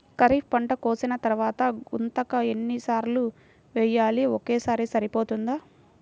ఖరీఫ్ పంట కోసిన తరువాత గుంతక ఎన్ని సార్లు వేయాలి? ఒక్కసారి సరిపోతుందా?